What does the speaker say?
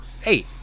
Hey